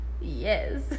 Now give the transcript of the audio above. yes